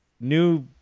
new